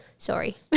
Sorry